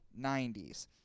90s